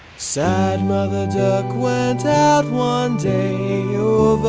sad mother duck went out one day